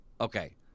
Okay